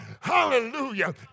Hallelujah